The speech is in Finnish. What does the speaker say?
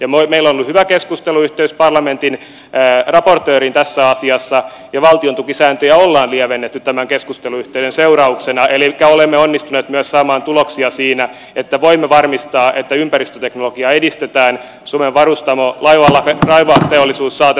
meillä on ollut hyvä keskusteluyhteys parlamentin raportööriin tässä asiassa ja valtiontukisääntöjä on lievennetty tämän keskusteluyhteyden seurauksena elikkä olemme onnistuneet myös saamaan tuloksia siinä että voimme varmistaa että ympäristöteknologiaa edistetään ja suomen laivanrakennusteollisuus saa tästä myös hyötyä